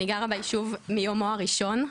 אני גרה ביישוב מיומו הראשון,